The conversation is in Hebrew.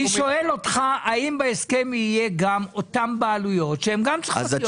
אני שואל אותך האם בהסכם יהיה גם אותן בעלויות שהן גם צריכות להיות?